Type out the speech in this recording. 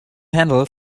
handle